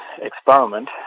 experiment